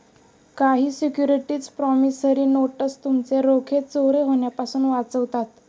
काही securities promissory notes तुमचे रोखे चोरी होण्यापासून वाचवतात